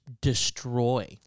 destroy